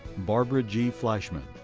barbara g. fleischman.